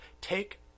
take